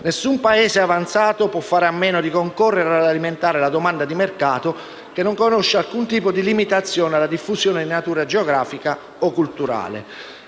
Nessun Paese avanzato può fare a meno di concorrere ad alimentarne la domanda di mercato, che non conosce alcun tipo di limitazione alla diffusione di natura geografica o culturale.